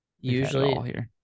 usually